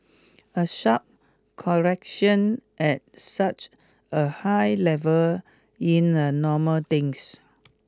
a sharp correction at such a high level in a normal things